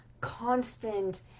constant